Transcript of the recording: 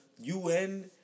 UN